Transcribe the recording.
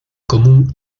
común